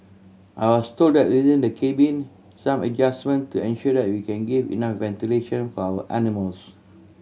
I was told that within the cabin some adjustment to ensure that we can give enough ventilation for our animals